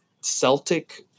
Celtic